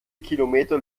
kilometer